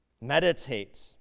meditate